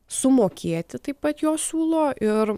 sumokėti taip pat jos siūlo ir